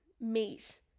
meat